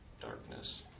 darkness